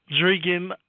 drinking